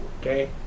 Okay